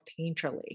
painterly